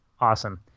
Awesome